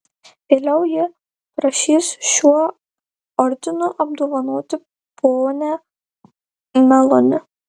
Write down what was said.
vėliau ji prašys šiuo ordinu apdovanoti ponią meloni